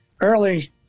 early